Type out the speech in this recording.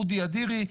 אודי אדירי,